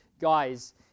Guys